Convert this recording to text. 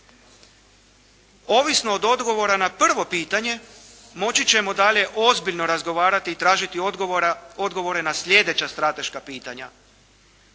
Ovisno od odgovora na prvo pitanje, moći ćemo dalje ozbiljno razgovarati i tražiti odgovore na sljedeća strateška pitanja.